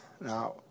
Now